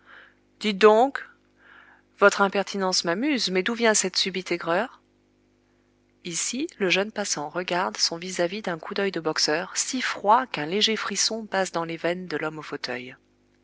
dites donc votre impertinence m'amuse mais d'où vient cette subite aigreur ici le jeune passant regarde son vis-à-vis d'un coup d'œil de boxeur si froid qu'un léger frisson passe dans les veines de l'homme au fauteuil